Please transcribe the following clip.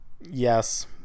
yes